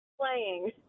playing